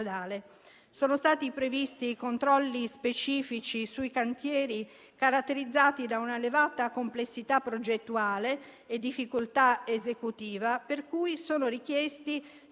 Sono stati previsti controlli specifici sui cantieri caratterizzati da una elevata complessità progettuale e difficoltà esecutiva, per cui sono richiesti